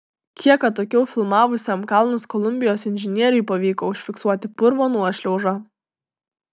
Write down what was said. kiek atokiau filmavusiam kalnus kolumbijos inžinieriui pavyko užfiksuoti purvo nuošliaužą